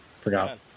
Forgot